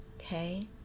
okay